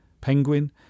Penguin